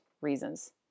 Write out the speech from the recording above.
reasons